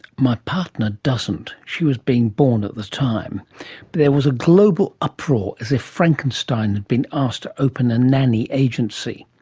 my partner doesn't. she was being born at the time. but there was global uproar, as if frankenstein had been asked to open a nanny agency.